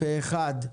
- פה אחד.